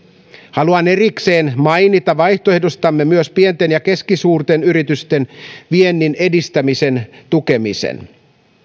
haluan erikseen mainita vaihtoehdostamme myös pienten ja keskisuurten yritysten viennin edistämisen tukemisen